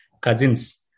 cousins